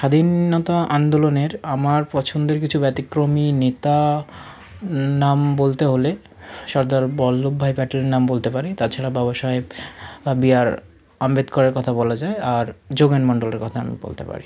স্বাধীনতা আন্দোলনের আমার পছন্দের কিছু ব্যতিক্রমী নেতা নাম বলতে হলে সর্দার বল্লবভাই প্যাটেলের নাম বলতে পারি তাছাড়া বাবা সাহেব বি আর আম্বেদকারের কথা বলা যায় আর যোগেন মন্ডলের কথা আমি বলতে পারি